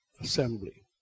assembly